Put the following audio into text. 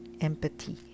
empathy